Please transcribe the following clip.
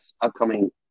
upcoming